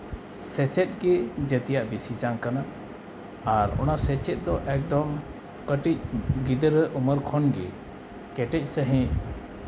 ᱥᱮᱪᱮᱫ ᱜᱮ ᱡᱟᱹᱛᱤᱭᱟᱜ ᱵᱤᱥᱤ ᱡᱟᱝ ᱠᱟᱱᱟ ᱟᱨ ᱚᱱᱟ ᱥᱮᱪᱮᱫ ᱫᱚ ᱮᱠᱫᱚᱢ ᱠᱟᱹᱴᱤᱡ ᱜᱤᱫᱽᱨᱟᱹ ᱩᱢᱮᱨ ᱠᱷᱚᱱ ᱜᱮ ᱠᱮᱴᱮᱡ ᱥᱟᱺᱦᱤᱡ